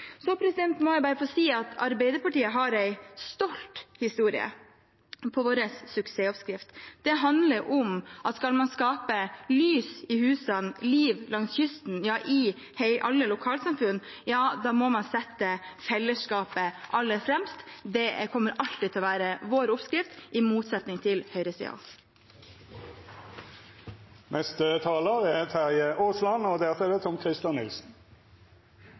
så sjokkerende opplysning for denne salen. Så må jeg bare få si at Arbeiderpartiet har en stolt historie på vår suksessoppskrift. Det handler om at skal man få lys i husene, skape liv langs kysten, ja, i alle lokalsamfunn, da må man sette fellesskapet aller fremst. Det kommer alltid til å være vår oppskrift, i motsetning til høyresidens. Jeg synes dette utvikler seg til å bli en veldig viktig debatt, for det